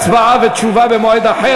הצבעה ותשובה במועד אחר,